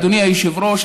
אדוני היושב-ראש,